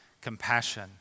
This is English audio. compassion